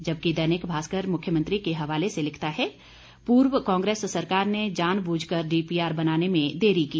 जबकि दैनिक भास्कर मुख्यमंत्री के हवाले से लिखता है पूर्व कांग्रेस सरकार ने जानबूझकर डीपीआर बनाने में देरी की